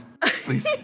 Please